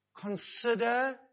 Consider